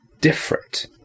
different